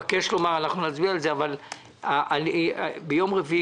תישאר עד אחרי יום רביעי,